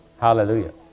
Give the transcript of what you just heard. Hallelujah